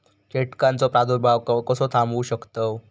कीटकांचो प्रादुर्भाव कसो थांबवू शकतव?